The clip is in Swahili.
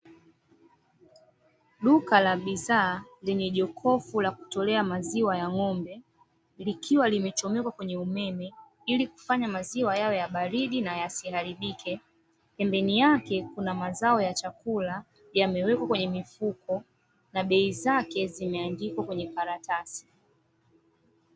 Duka la bidhaa lenye jokofu la kutolea maziwa ya ng'ombe likiwa limechomekwa kwenye umeme ili kufanya maziwa yawe baridi na yasiharibike, pembeni yake kuna mazao ya chakula yamewekwa kwenye mifuko na bei zake zimeendikwa kwenye karatasi.